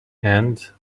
and